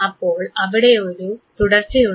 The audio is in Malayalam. അപ്പോൾ അവിടെ ഒരു തുടർച്ചയുണ്ട്